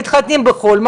מתחתנים בחו"ל,